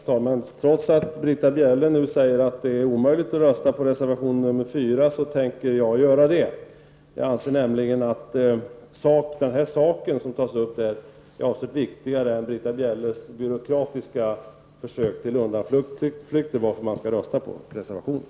Herr talman! Trots att Britta Bjelle säger att det är omöjligt att rösta på reservation 4 tänker jag göra det. Jag anser nämligen att den sak som tas upp där är avsevärt viktigare än Britta Bjelles byråkratiska försök till undanflykt, varför man skall rösta på reservationen.